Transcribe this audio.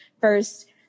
first